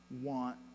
want